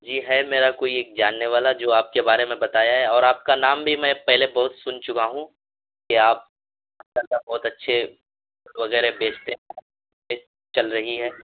جی ہے میرا کوئی ایک جاننے والا جو آپ کے بارے میں بتایا ہے اور آپ کا نام بھی میں پہلے بہت سن چکا ہوں کہ آپ ماشاء اللہ بہت اچھے پھول وغیرہ بیچتے ہیں چل رہی ہیں